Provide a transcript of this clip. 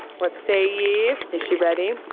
what say ye? is she ready?